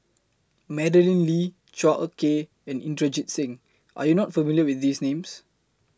Madeleine Lee Chua Ek Kay and Inderjit Singh Are YOU not familiar with These Names